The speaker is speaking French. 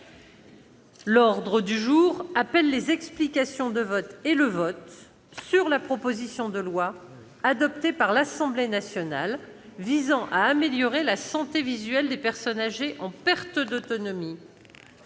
L'ordre du jour appelle les explications de vote et le vote sur la proposition de loi, adoptée par l'Assemblée nationale, visant à améliorer la santé visuelle des personnes âgées en perte d'autonomie